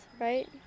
right